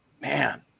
Man